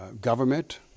government